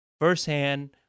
firsthand